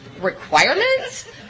Requirements